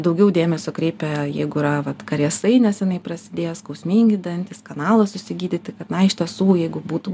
daugiau dėmesio kreipia jeigu yra karijesai neseniai prasidėję skausmingi dantys kanalą susigydyti kad na iš tiesų jeigu būtų